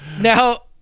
Now